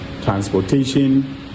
transportation